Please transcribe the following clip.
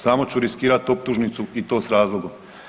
Samo ću riskirati optužnicu i to s razlogom.